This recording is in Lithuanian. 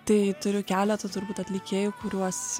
tai turiu keletą turbūt atlikėjų kuriuos